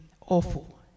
awful